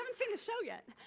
um seen the show yet.